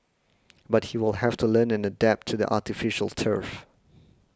but he will have to learn an adapt to the artificial turf